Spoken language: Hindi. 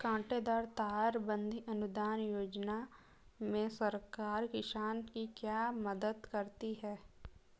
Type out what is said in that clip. कांटेदार तार बंदी अनुदान योजना में सरकार किसान की क्या मदद करती है?